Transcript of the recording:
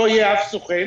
לא יהיה אף סוכן,